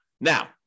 Now